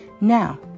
Now